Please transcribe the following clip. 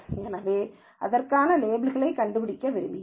எனவே அதற்கான லேபிளைக் கண்டுபிடிக்க விரும்புகிறேன்